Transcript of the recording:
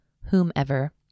whomever